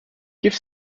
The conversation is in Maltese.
kif